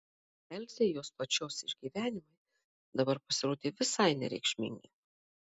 elzei jos pačios išgyvenimai dabar pasirodė visai nereikšmingi